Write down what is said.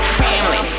family